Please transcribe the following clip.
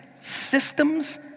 systems